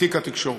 מתיק התקשורת.